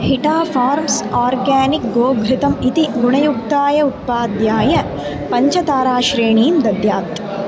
हिटा farms organic गोभृतम् इति गुणयुक्ताय उत्पाद्याय पञ्चताराश्रेणीं दद्यात्